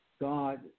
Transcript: God